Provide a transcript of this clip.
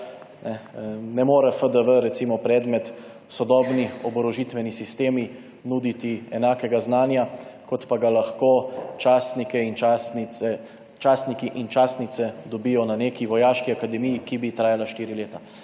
Ne more FDV, recimo predmet sodobni oborožitveni sistemi, nuditi enakega znanja, kot ga lahko častniki in častnice dobijo na neki vojaški akademiji, ki bi trajala 4 leta.